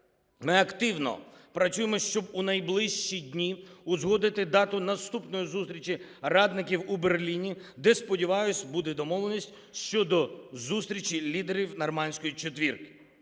Ми активно працюємо, щоб у найближчі дні узгодити дату наступної зустрічі радників у Берліні, де, сподіваюсь, буде домовленість щодо зустрічі лідерів Нормандської четвірки.